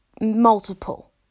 multiple